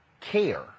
care